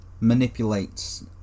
manipulates